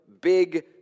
big